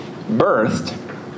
birthed